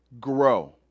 grow